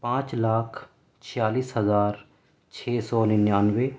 پانچ لاکھ چھیالیس ہزار چھ سو ننانوے